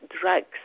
drugs